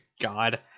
God